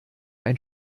ein